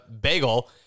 bagel